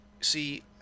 see